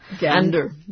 Gander